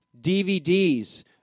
DVDs